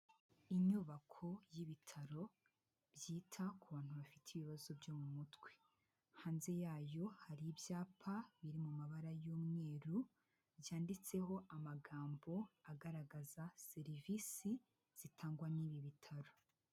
Inyubako y'ibitaro byita ku bantu bafite ibibazo byo mu mutwe. Hanze yayo hari ibyapa biri mu mabara y'umweru, byanditseho amagambo agaragaza serivisi zitangwa n'ibi bitaro.